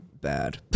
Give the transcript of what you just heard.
Bad